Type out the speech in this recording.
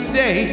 say